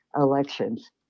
elections